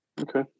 Okay